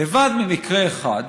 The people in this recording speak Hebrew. לבד ממקרה אחד